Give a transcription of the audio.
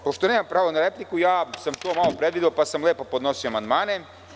Evo, pošto nemam pravo na repliku, ja sam to malo predvideo, pa sam lepo podnosio amandmane.